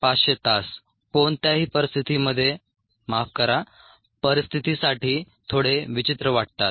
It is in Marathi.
7500 तास कोणत्याही परिस्थितीसाठी थोडे विचित्र वाटतात